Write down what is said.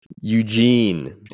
Eugene